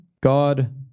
God